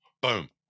Boom